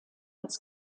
als